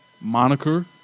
moniker